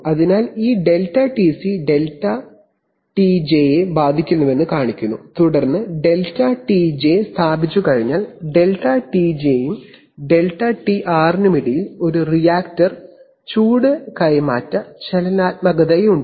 അതിനാൽ ഈ ΔTC ΔTJ യെയും ബാധിക്കുന്നുവെന്ന് കാണിക്കുന്നു തുടർന്ന് ΔTJ സ്ഥാപിച്ചുകഴിഞ്ഞാൽ ΔTJ നും ΔTR നും ഇടയിൽ ഒരു റിയാക്ടർ ചൂട് കൈമാറ്റ ചലനാത്മകതയുണ്ട്